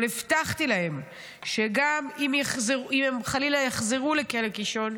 אבל הבטחתי להם שגם אם הם חלילה יחזרו לכלא לקישון,